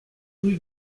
rue